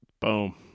Boom